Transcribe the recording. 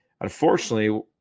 Unfortunately